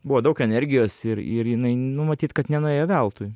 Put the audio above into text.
buvo daug energijos ir ir jinai nu matyt kad nenuėjo veltui